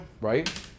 right